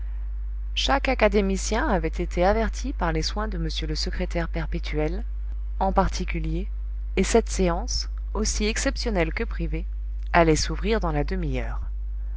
chaque académicien avait été averti par les soins de m le secrétaire perpétuel en particulier et cette séance aussi exceptionnelle que privée allait s'ouvrir dans la demi-heure